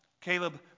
Caleb